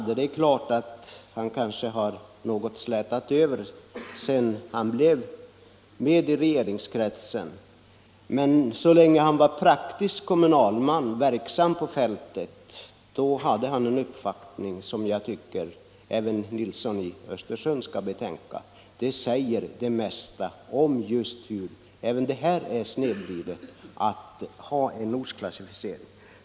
Det är möjligt att han intagit en annan ståndpunkt sedan han kom med i regeringen, men så länge han var praktisk kommunalman, verksam på fältet, hade han en syn på detta som jag tycker att herr Nilsson i Östersund bör betänka. Det säger det mesta om hur snedvridet det är att ha en ortsklassificering.